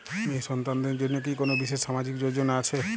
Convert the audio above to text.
মেয়ে সন্তানদের জন্য কি কোন বিশেষ সামাজিক যোজনা আছে?